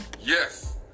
Yes